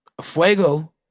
Fuego